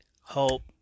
Hope